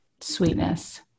sweetness